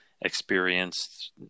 experienced